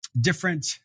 different